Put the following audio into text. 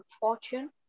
fortune